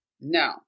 No